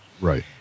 Right